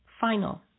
final